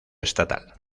estatal